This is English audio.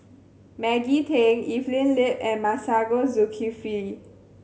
Maggie Teng Evelyn Lip and Masagos Zulkifli